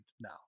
now